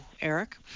Eric